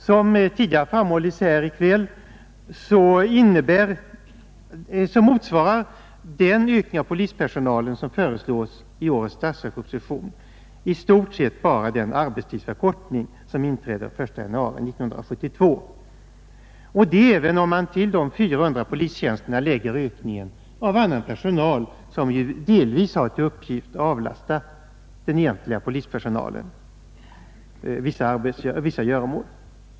Som tidigare framhållits i kväll motsvarar den ökning av polispersonalen som föreslås i årets statsverksproposition i stort sett bara den arbetstidsförkortning som inträder den 1 januari 1972, och detta även om man till de 400 polistjänsterna lägger ökningen av annan personal, som ju delvis har till uppgift att avlasta den egentliga polispersonalen vissa göromål.